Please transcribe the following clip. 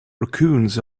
raccoons